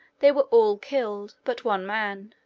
they were all killed but one man.